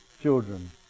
children